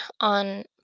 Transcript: on